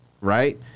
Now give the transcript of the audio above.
right